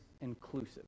inclusive